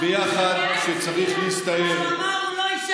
ביחד כשצריך להסתער,